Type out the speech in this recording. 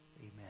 Amen